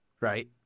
right